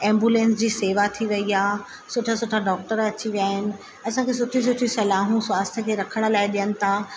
ambulance जी शेवा थी वई आहे सुठा सुठा डॉक्टर अची विया आहिनि असांखे सुठियूं सुठियूं सलाहूं स्वास्थ जे रखण लाए ॾियनि था